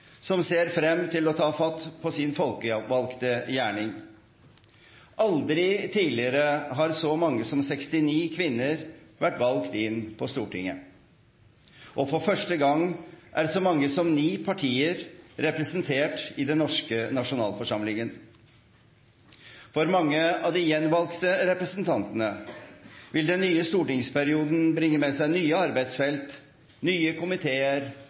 som ser frem til å ta fatt på sin folkevalgte gjerning. Aldri tidligere har så mange som 69 kvinner vært valgt inn på Stortinget, og for første gang er så mange som ni partier representert i den norske nasjonalforsamlingen. For mange av de gjenvalgte representantene vil den nye stortingsperioden bringe med seg nye arbeidsfelt, nye komiteer